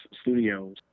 studios